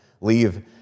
leave